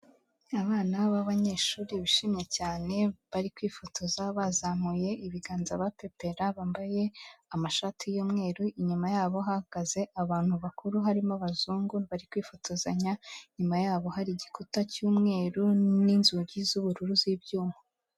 Abana b'abanyeshuri, bishimye cyane, bari kwifotoza, bazamuye ibiganza, bapepera, bambaye amashati y'umweru, inyuma yabo hahagaze abantu bakuru harimo abazungu bari kwifotozanya, inyuma yabo hari igikuta cy'umweru n'inzugi z'ubururu z'ibyuma.